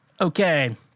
Okay